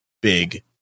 big